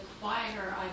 quieter